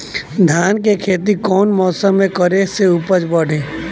धान के खेती कौन मौसम में करे से उपज बढ़ी?